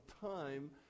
time